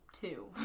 two